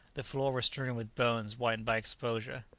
the floor was strewn with bones whitened by exposure.